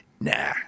Nah